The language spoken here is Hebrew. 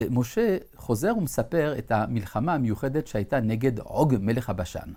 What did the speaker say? משה חוזר ומספר את המלחמה המיוחדת שהייתה נגד אוג מלך הבשן.